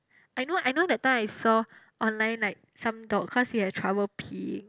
I know I know that time I saw online like some dog cause he has trouble peeing